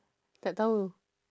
tak tahu